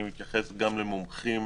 אני מתייחס גם לנושא המומחים